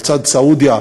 לצד סעודיה,